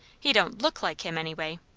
he don't look like him any way.